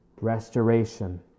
Restoration